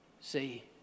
See